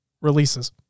releases